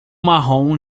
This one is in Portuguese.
marrom